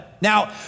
Now